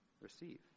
receive